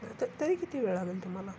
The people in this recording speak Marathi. त तरी किती वेळ लागेल तुम्हाला